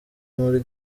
muri